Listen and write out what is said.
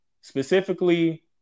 specifically